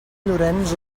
llorenç